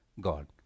God